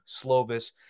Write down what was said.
Slovis